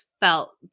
felt